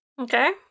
Okay